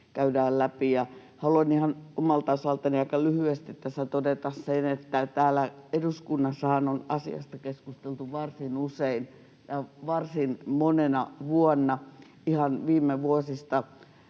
käydään läpi. Haluan ihan omalta osaltani aika lyhyesti tässä todeta sen, että täällä eduskunnassahan on asiasta keskusteltu varsin usein ja varsin monena vuonna, ihan viime vuosina.